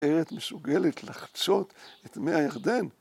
‫הארץ מסוגלת לחצות את מי הירדן?